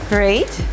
Great